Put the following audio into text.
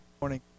morning